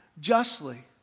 justly